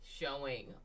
showing